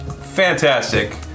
Fantastic